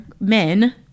men